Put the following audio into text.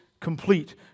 complete